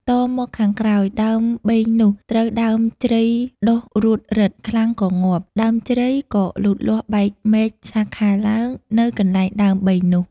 តមកខាងក្រោយ ដើមបេងនោះ ត្រូវដើមជ្រៃដុះរួតរឹតខ្លាំងក៏ងាប់ ដើមជ្រៃក៏លូតលាស់បែកមែកសាខាឡើង នៅកន្លែងដើមបេងនោះ ។